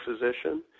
physician